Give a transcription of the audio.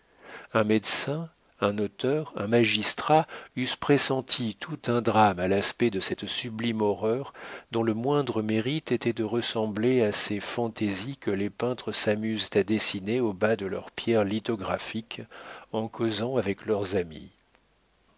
un médecin un auteur un magistrat eussent pressenti tout un drame à l'aspect de cette sublime horreur dont le moindre mérite était de ressembler à ces fantaisies que les peintres s'amusent à dessiner au bas de leurs pierres lithographiques en causant avec leurs amis